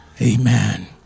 amen